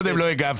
קודם לא הגבתי.